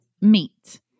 meat